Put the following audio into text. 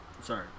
Sorry